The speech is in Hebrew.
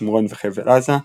שומרון וחבל עזה,